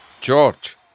George